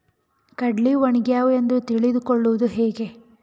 ಕಡಲಿ ಒಣಗ್ಯಾವು ಎಂದು ತಿಳಿದು ಕೊಳ್ಳೋದು ಹೇಗೆ?